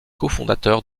cofondateur